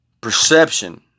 perception